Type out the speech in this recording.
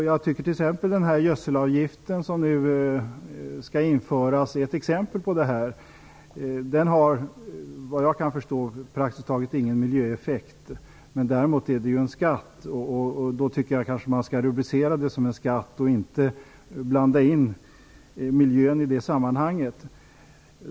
Jag tycker t.ex. att gödselavgiften, som nu skall införas, är ett exempel på det. Såvitt jag kan förstå har den praktiskt taget ingen miljöeffekt. Däremot är det en skatt. Då tycker jag att man skall rubricera det som en skatt och inte blanda in miljön i det sammanhanget.